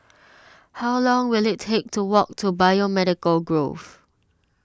how long will it take to walk to Biomedical Grove